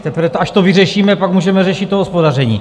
Teprve až to vyřešíme, pak můžeme řešit to hospodaření.